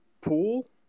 pool